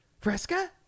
Fresca